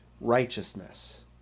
righteousness